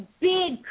big